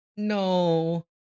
No